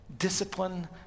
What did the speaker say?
discipline